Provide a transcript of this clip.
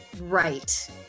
right